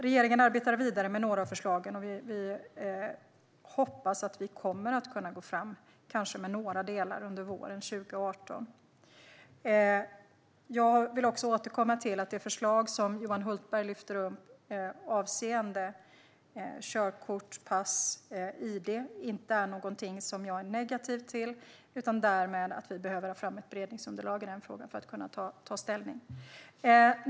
Regeringen arbetar vidare med några av förslagen, och vi hoppas att vi kommer att kunna gå fram med några delar under våren 2018. Jag vill återkomma till att det förslag som Johan Hultberg lyfter fram avseende anmälan till donationsregistret i samband med körkorts-, pass och id-kortsansökan inte är någonting som jag är negativ till. Men vi behöver få fram ett beredningsunderlag i denna fråga för att kunna ta ställning.